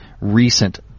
recent